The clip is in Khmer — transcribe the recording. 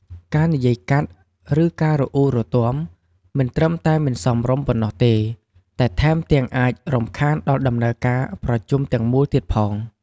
ការនិយាយកាត់ ឬការរអ៊ូរទាំ មិនត្រឹមតែមិនសមរម្យប៉ុណ្ណោះទេ តែថែមទាំងអាចរំខានដល់ដំណើរការប្រជុំទាំងមូលទៀតផង។